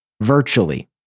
virtually